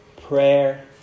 prayer